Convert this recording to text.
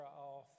off